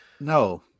no